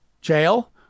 jail